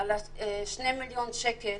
על 2 מיליון שקל